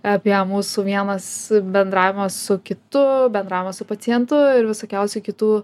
apie mūsų vienas bendravimas su kitu bendravimas su pacientu ir visokiausių kitų